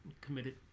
committed